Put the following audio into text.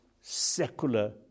secular